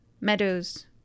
Meadows